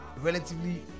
relatively